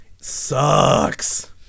sucks